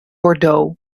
bordeaux